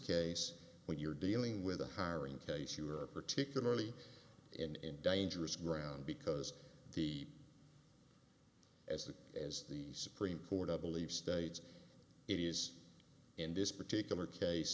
case when you're dealing with a hiring case you are particularly in dangerous ground because the as the as the supreme court i believe states it is in this particular case